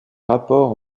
rapports